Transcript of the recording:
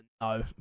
no